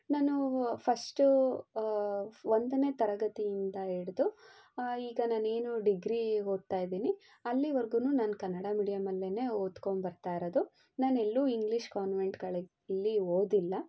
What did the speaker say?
ನಾನು ಫಸ್ಟೂ ಒಂದನೇ ತರಗತಿಯಿಂದ ಹಿಡ್ದು ಈಗ ನಾನೇನು ಡಿಗ್ರೀ ಓದ್ತಾಯಿದ್ದೀನಿ ಅಲ್ಲಿವರ್ಗು ನಾನು ಕನ್ನಡ ಮೀಡಿಯಮ್ಮಲ್ಲೆ ಓದ್ಕೊಂಬರ್ತಾ ಇರೋದು ನಾನೆಲ್ಲು ಇಂಗ್ಲೀಷ್ ಕಾನ್ವೆಂಟ್ಗಳಲ್ಲಿ ಓದಿಲ್ಲ